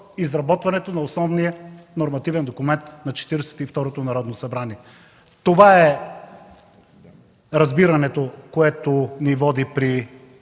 изработването на основния нормативен документ на Четиридесет и второто Народно събрание. Това е разбирането, което ни води при